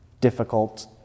difficult